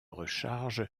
recharge